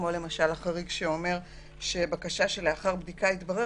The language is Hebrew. כמו למשל החריג שאומר שבקשה שלאחר בדיקה התברר